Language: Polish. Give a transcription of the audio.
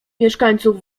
mieszkańców